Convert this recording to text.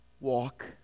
Walk